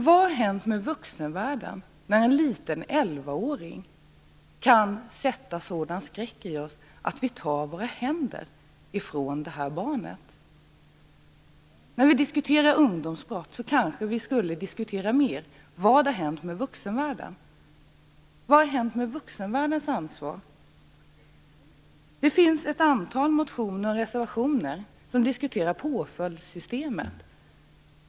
Vad har hänt med vuxenvärlden när en liten 11-åring kan sätta sådan skräck i oss att vi tar våra händer ifrån det här barnet? När vi diskuterar ungdomsbrott kanske vi mer skulle diskutera vad som har hänt med vuxenvärldens ansvar. Det finns ett antal motioner och reservationer som diskuterar påföljdssystemet.